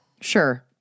Sure